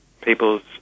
people's